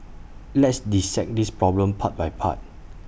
let's dissect this problem part by part